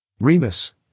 Remus